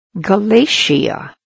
Galatia